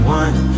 one